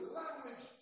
language